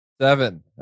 Seven